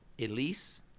Elise